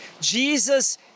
Jesus